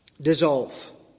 dissolve